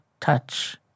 touch